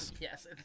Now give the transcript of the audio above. Yes